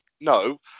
no